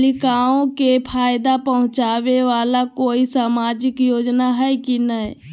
बालिकाओं के फ़ायदा पहुँचाबे वाला कोई सामाजिक योजना हइ की नय?